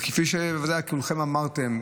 וכפי שבוודאי כולכם אמרתם,